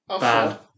bad